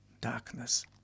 Darkness